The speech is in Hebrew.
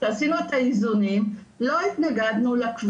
כשעשינו את האיזונים לא התנגדנו לכביש הזה.